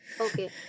Okay